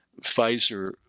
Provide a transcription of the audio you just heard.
Pfizer